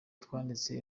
twanditse